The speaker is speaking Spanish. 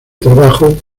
trabajo